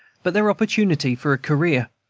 but their opportunity for a career.